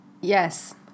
Yes